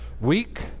week